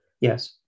Yes